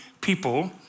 people